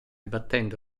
battendo